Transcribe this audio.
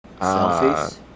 Selfies